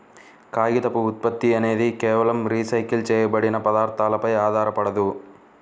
కాగితపు ఉత్పత్తి అనేది కేవలం రీసైకిల్ చేయబడిన పదార్థాలపై ఆధారపడదు